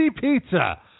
Pizza